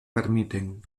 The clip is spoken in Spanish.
permiten